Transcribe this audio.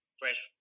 fresh